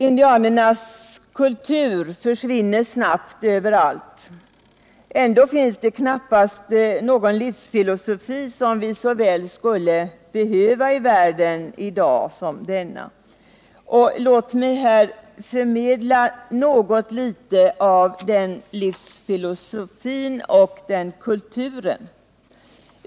Indianernas kultur försvinner snabbt överallt. Ändå finns det knappast någon livsfilosofi som vi så väl skulle behöva i världen i dag som deras. Låt mig här förmedla något litet av den livsfilosofin och den kulturen!